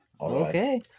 Okay